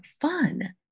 fun